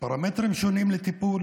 פרמטרים שונים לטיפול